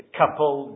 couple